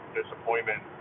disappointment